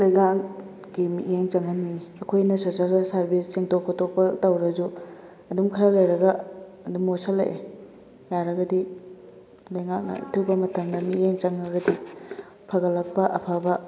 ꯂꯩꯉꯥꯛꯀꯤ ꯃꯤꯠꯌꯦꯡ ꯆꯪꯍꯟꯅꯤꯡꯉꯤ ꯑꯩꯈꯣꯏꯅ ꯁꯣꯁꯦꯜ ꯁꯔꯕꯤꯁ ꯁꯦꯡꯗꯣꯛ ꯈꯣꯇꯣꯛꯄ ꯇꯧꯔꯁꯨ ꯑꯗꯨꯝ ꯈꯔ ꯂꯩꯔꯒ ꯑꯗꯨꯝ ꯃꯣꯠꯁꯜꯂꯛꯑꯦ ꯌꯥꯔꯒꯗꯤ ꯂꯩꯉꯥꯛꯅ ꯑꯊꯨꯕ ꯃꯇꯝꯗ ꯃꯤꯠꯌꯦꯡ ꯆꯪꯉꯒꯗꯤ ꯐꯒꯠꯂꯛꯄ ꯑꯐꯕ